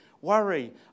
worry